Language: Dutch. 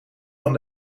van